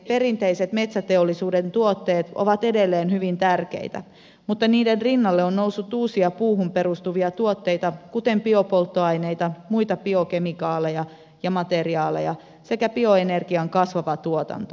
perinteiset metsäteollisuuden tuotteet ovat edelleen hyvin tärkeitä mutta niiden rinnalle on noussut uusia puuhun perustuvia tuotteita kuten biopolttoaineita muita biokemikaaleja ja materiaaleja sekä bioenergian kasvava tuotanto